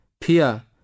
Pia